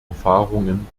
erfahrungen